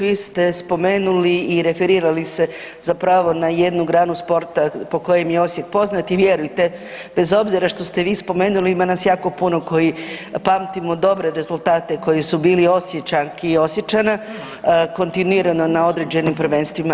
Vi ste spomenuli i referirali se zapravo na jednu granu sporta po kojem je Osijek poznat i vjerujte, bez obzira što ste vi spomenuli, ima nas jako puno koji pamtimo dobre rezultate koji su bili, Osječanki i Osječana, kontinuirano na određenim prvenstvima.